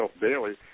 daily